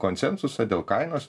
konsensusą dėl kainos